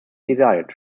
desired